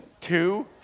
Two